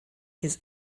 his